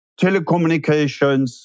telecommunications